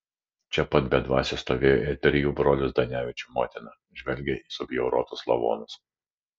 čia pat be dvasios stovėjo ir trijų brolių zdanevičių motina žvelgė į subjaurotus lavonus